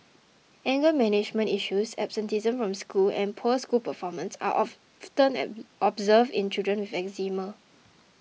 anger management issues absenteeism from school and poor school performance are observed in children with Eczema